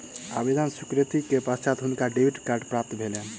आवेदन स्वीकृति के पश्चात हुनका डेबिट कार्ड प्राप्त भेलैन